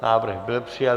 Návrh byl přijat.